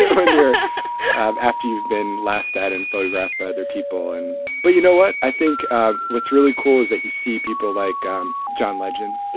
ah kind of after you've been laughed at and photographed by other people and but you know what i think what's really cool is that you see people like john legend.